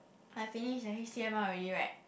I finish the H_T_M_L already right